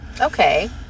Okay